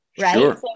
right